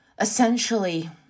essentially